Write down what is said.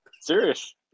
Serious